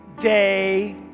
day